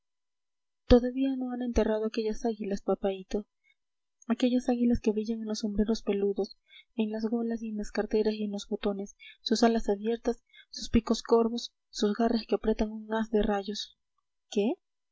todavía no han enterrado aquellas águilas papaíto aquellas águilas que brillan en los sombreros peludos en las golas y en las carteras y en los botones sus alas abiertas sus picos corvos sus garras que aprietan un haz de rayos qué